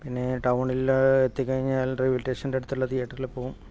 പിന്നെ ടൗണിൽ എത്തികഴിഞ്ഞാൽ റെയിൽവേ സ്റ്റേഷന്റെ അടുത്തുള്ള തിയേറ്ററിൽ പോകും